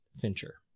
Fincher